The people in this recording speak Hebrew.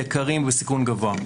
יקרים ובסיכון גבוה.